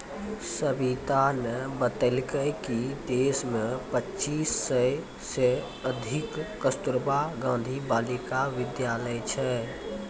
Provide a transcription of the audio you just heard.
सविताने बतेलकै कि देश मे पच्चीस सय से अधिक कस्तूरबा गांधी बालिका विद्यालय छै